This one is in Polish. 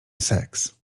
seks